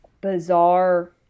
bizarre